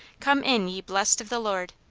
come in ye blessed of the lord!